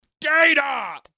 Data